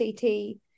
CT